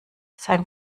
sein